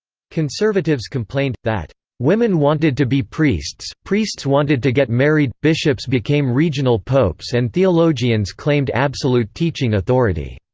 conservatives complained, that women wanted to be priests, priests wanted to get married, bishops became regional popes and theologians claimed absolute teaching authority.